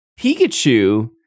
Pikachu